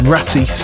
Ratty